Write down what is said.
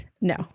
No